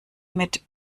mit